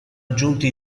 aggiunti